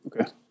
Okay